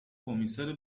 کمیسر